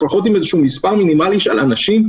לפחות עם מספר מינימלי של אנשים,